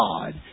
God